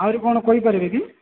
ଆହୁରି କ'ଣ କହି ପାରିବେ କି